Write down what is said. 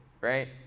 right